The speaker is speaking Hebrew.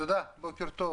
תודה ובוקר טוב